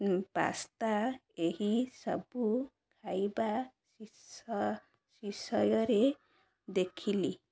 pasta ଏହିସବୁ ଖାଇବା ବିଷ ବିଷୟରେ ଦେଖିଲି